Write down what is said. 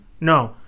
No